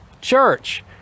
church